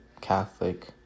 Catholic